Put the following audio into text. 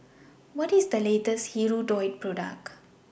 What IS The latest Hirudoid Product